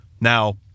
Now